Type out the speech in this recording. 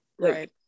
right